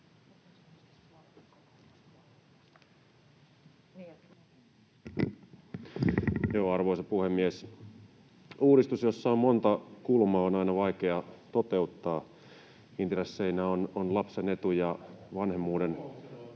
Arvoisa puhemies! Uudistus, jossa on monta kulmaa, on aina vaikea toteuttaa. Intresseinä ovat lapsen etu ja vanhemmuuden